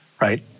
right